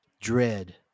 dread